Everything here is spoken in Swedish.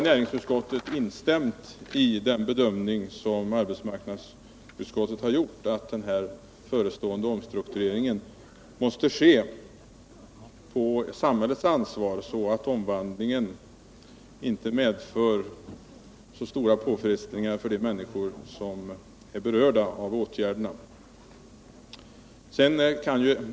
Näringsutskottet har instämt i den bedömning som arbetsmarknadsutskottet gjort, att den förestående omstruktureringen måste ske på samhällets ansvar, så att omvandlingen inte medför så stora påfrestningar för de människor som är berörda av åtgärderna.